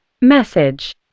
message